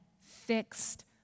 fixed